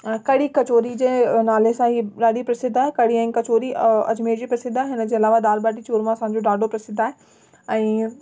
कढी कचौड़ी जे नाले सां ही ॾाढी प्रसिद्ध आहे कढ़ी ऐं कचौड़ी ऐं अजमेर जी प्रसिद्ध आहे हिन जे अलावा दालि भाॼी चुरमा असांजो ॾाढो प्रसिद्ध आहे ऐं